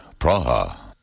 Praha